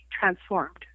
transformed